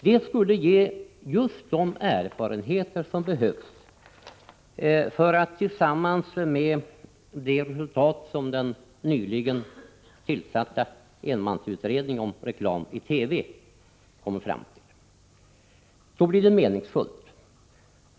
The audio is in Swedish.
Det skulle ge de erfarenheter som behövs för att den nyligen tillsatta enmansutredningen om reklam i TV skall komma fram till meningsfulla resultat.